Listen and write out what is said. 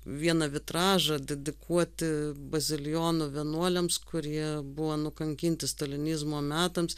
vieną vitražą dedikuoti bazilijonų vienuoliams kurie buvo nukankinti stalinizmo metams